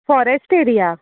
forest area